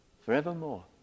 forevermore